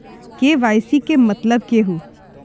KYC के मतलब केहू?